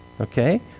Okay